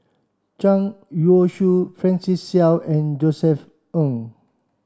Zhang Youshuo Francis Seow and Josef Ng